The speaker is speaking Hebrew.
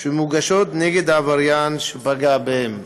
שמוגשות נגד העבריין שפגע בהם.